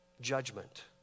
judgment